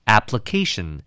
Application